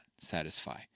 satisfy